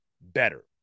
better